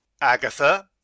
Agatha